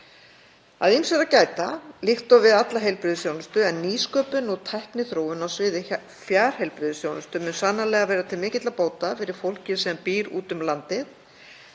Að ýmsu er að gæta líkt og við alla heilbrigðisþjónustu en nýsköpun og tækniþróun á sviði fjarheilbrigðisþjónustu mun sannarlega verða til mikilla bóta fyrir fólk sem býr út um landið